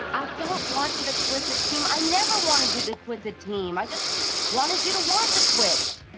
don't want you to quit the team. i never wanted you to quit the team. i just wanted you to want to quit.